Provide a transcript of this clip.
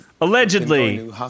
Allegedly